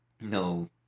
No